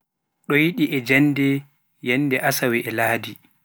ɗoyɗi e jannde yannde asawe e yannde ladi.